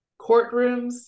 Courtrooms